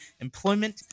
employment